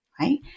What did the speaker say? right